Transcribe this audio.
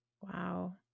Wow